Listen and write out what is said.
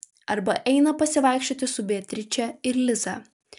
arba eina pasivaikščioti su beatriče ir liza